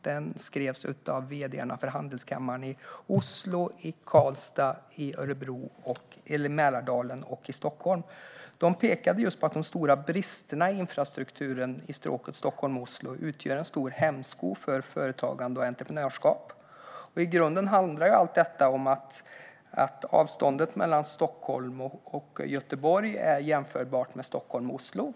Den skrevs av vd:arna för handelskamrarna i Oslo, Karlstad, Mälardalen och Stockholm. De pekade på att de stora bristerna i infrastrukturen inom stråket Stockholm-Oslo utgör en stor hämsko för företagande och entreprenörskap. I grunden handlar allt detta om att avståndet mellan Stockholm och Göteborg är jämförbart med det mellan Stockholm och Oslo.